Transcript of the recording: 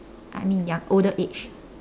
I mean ya older age